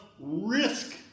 risk